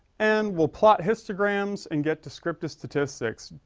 and we'll plot histograms and get descriptive statistics.